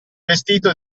vestito